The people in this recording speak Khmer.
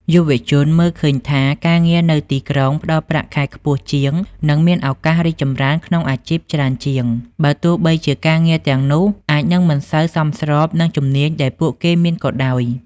យុវជនមើលឃើញថា ការងារនៅទីក្រុងផ្តល់ប្រាក់ខែខ្ពស់ជាង និងមានឱកាសរីកចម្រើនក្នុងអាជីពច្រើនជាង បើទោះជាការងារទាំងនោះអាចនឹងមិនសូវសមស្របនឹងជំនាញដែលពួកគេមានក៏ដោយ។